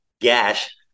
gash